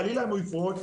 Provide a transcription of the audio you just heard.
אם חלילה הוא יפרוץ,